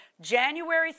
January